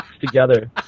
together